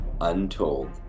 Untold